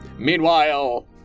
Meanwhile